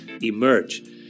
emerge